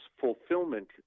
fulfillment